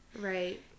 Right